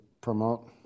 promote